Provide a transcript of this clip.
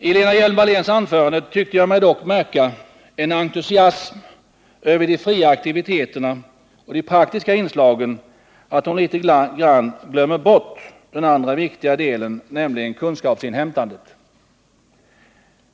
I Lena Hjelm-Walléns anförande tyckte jag mig dock märka en entusiasm över de fria aktiviteterna och de praktiska inslagen som gör att hon i någon mån glömmer bort den andra viktiga delen, nämligen kunskapsinhämtandet.